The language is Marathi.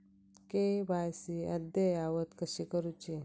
के.वाय.सी अद्ययावत कशी करुची?